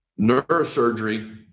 neurosurgery